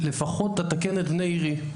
לפחות אתקן את בני עירי.